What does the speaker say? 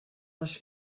les